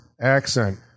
accent